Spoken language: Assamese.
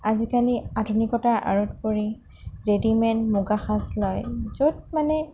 আজিকালি আধুনিকতাৰ আঁৰত পৰি ৰেদিমেদ মূগা সাজ লয় য'ত মানে